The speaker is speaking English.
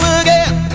again